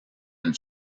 une